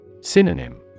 Synonym